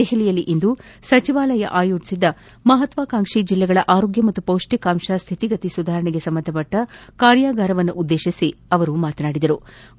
ದೆಹಲಿಯಲ್ಲಿಂದು ಸಚಿವಾಲಯ ಆಯೋಜಿಸಿದ್ದ ಮಹತ್ವಾಕಾಂಕ್ಷೆ ಜಿಲ್ಲೆಗಳ ಆರೋಗ್ಯ ಮತ್ತು ಪೌಷ್ಟಿಕಾಂಶ ಸ್ಹಿತಿಗತಿ ಸುಧಾರಣೆಗೆ ಸಂಬಂಧಿಸಿದ ಕಾರ್ಯಾಗಾರ ಉದ್ದೇತಿಸಿ ಸಚಿವರು ಮಾತನಾಡುತ್ತಿದ್ದರು